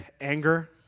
anger